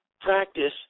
practice